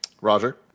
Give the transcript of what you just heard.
Roger